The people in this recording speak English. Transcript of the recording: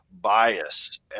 bias